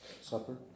Supper